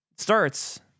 Starts